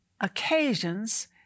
occasions